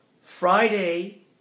Friday